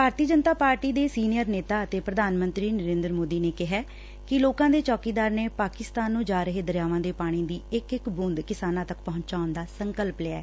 ਭਾਰਤੀ Janata Party ਦੇ senior ਨੇਤਾ ਅਤੇ ਪ੍ਰਧਾਨ ਮੰਤਰੀ ਨਰੇਦਰ ਮੋਦੀ ਨੇ ਕਿਹੈ ਕਿ ਲੋਕਾ ਦੇ ਚੌਕੀਦਾਰ ਨੇ ਪਾਕਿਸਤਾਨ ਨੰ ਜਾ ਰਹੇ ਦਰਿਆਵਾਂ ਦੇ ਪਾਣੀ ਦੀ ਇਕ ਇਕ ਬੁੰਦ ਕਿਸਾਨਾਂ ਤੱਕ ਪੁਚਾਉਣ ਦਾ ਸੰਕਲਪ ਲਿਐ